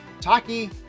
Taki